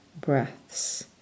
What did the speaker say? breaths